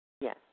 yes